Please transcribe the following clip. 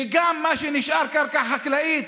וגם מה שנשאר קרקע חקלאית,